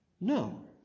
No